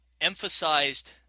emphasized